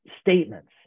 statements